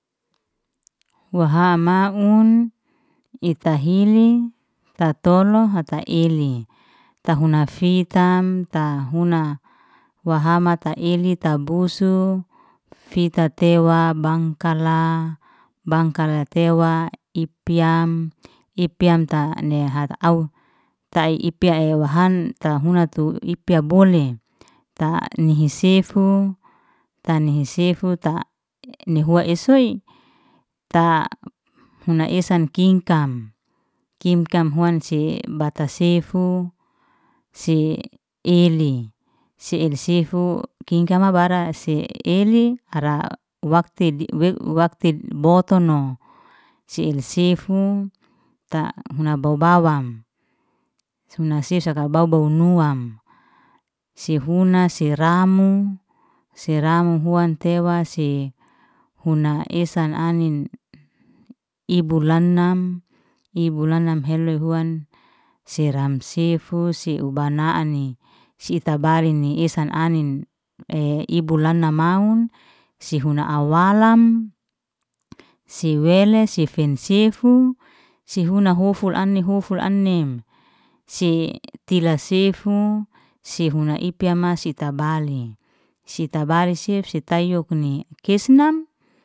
Waha maun ita hili ta tolu hata hili, ta funa fitam ta huna wahama ta ilita ta bousuf fita tewa bangkala, bangkala tewa ipyam, ipyam ta ne hata au tai'ipe wahan ta huna tu ipya bole, ta nihi sefu ta nihi sefu ta nihua esoi ta huna esan kingkam, kingkam huan se bata sefu. se heley, se heley sefu kingkam abara se eley ara wakte wakte botuno, si hili sefu ta huna bau bawam, huna sesak bau- bau nuam, si huna si ramu, si ramu tewa si huna esan anin. I bulanam i i bulanam heloy huan seram sifu se ubana'an ni sita bali ni esan anin ei ibulana maun si huna awalam si wele si fen sifu si huna huful ani huful anim, si tila sefu si huna ipyama masi tabalin si tabali sif si tayo kuni kesnam.